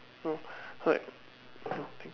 no like